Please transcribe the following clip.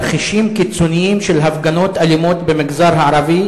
"תרחישים קיצוניים של הפגנות אלימות במגזר הערבי